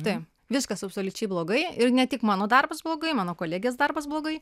tai viskas absoliučiai blogai ir ne tik mano darbas blogai mano kolegės darbas blogai